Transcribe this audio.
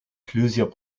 plusieurs